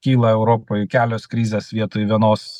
kyla europoj kelios krizės vietoj vienos